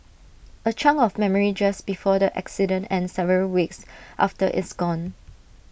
A chunk of memory just before the accident and several weeks after is gone